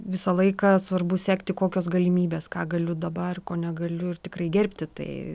visą laiką svarbu sekti kokios galimybės ką galiu dabar ko negaliu ir tikrai gerbti tai